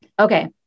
Okay